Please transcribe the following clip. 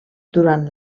durant